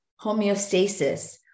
homeostasis